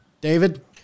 David